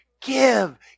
Give